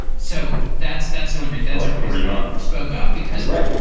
so that's that's julia reed that like every month spoke up because. right.